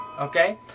okay